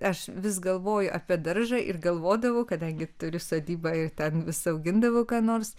aš vis galvoju apie daržą ir galvodavau kadangi turiu sodybą ir ten užsiaugindavau ką nors